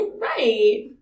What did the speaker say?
right